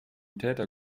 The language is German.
täter